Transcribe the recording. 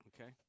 Okay